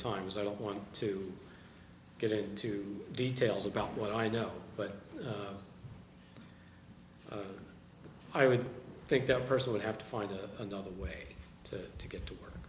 time so i don't want to get into details about what i know but i would think that person would have to find another way to to get to work